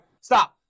Stop